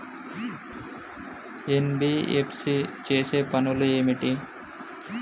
NBFC చేసే పనులు ఏమిటి?